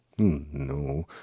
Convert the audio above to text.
No